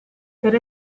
per